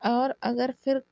اور اگر پھر